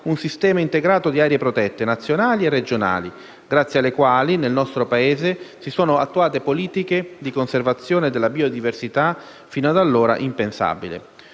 un sistema integrato di aree protette, nazionali e regionali, grazie alle quali nel nostro Paese si sono attuate politiche di conservazione della biodiversità fino ad allora impensabili.